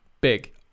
big